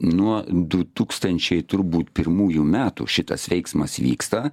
nuo du tūkstančiai turbūt pirmųjų metų šitas veiksmas vyksta